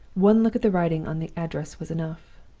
one look at the writing on the address was enough.